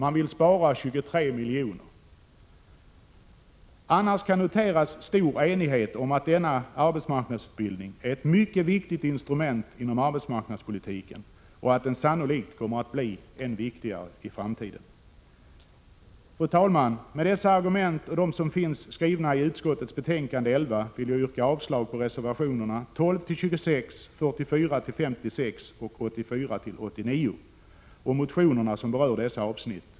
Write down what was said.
De vill spara 23 milj.kr. Annars kan man notera stor enighet om att denna arbetsmarknadsutbildning är ett mycket viktigt instrument inom arbetsmarknadspolitiken och att den sannolikt kommer att bli än viktigare i framtiden. Fru talman! Med dessa argument och med dem som finns redovisade i betänkandet nr 11 vill jag yrka avslag på reservationerna 12—26, 44—56 och 84—89 samt på de motioner som berör dessa avsnitt.